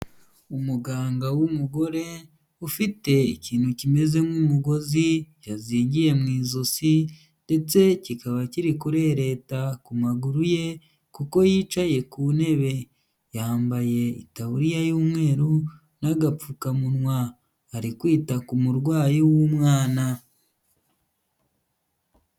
Umuganga w'umugore ufite ikintu kimeze nk'umugozi yazingiye mu ijosi, ndetse kikaba kiri kuri kurereta ku maguru ye, kuko yicaye ku ntebe, yambaye itaburiya y'umweru n'agapfukamunwa, ari kwita ku murwayi w'umwana.